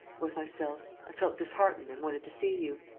was myself. i felt disheartened and wanted to see you.